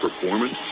performance